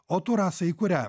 o tu rasa į kurią